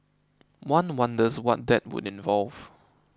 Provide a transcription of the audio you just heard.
one wonders what that would involve